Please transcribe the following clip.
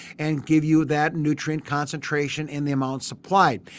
and give you that nutrient concentration and the amounts supplied.